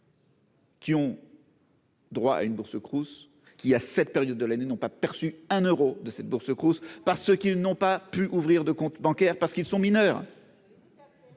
Qui ont. Droit à une bourse Cruz qui, à cette période de l'année n'ont pas perçu un Euro de cette bourse par ceux qui n'ont pas pu ouvrir de compte bancaire parce qu'ils sont mineurs.